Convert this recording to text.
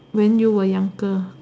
when you were younger